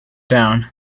down